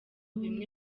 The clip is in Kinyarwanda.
bimwe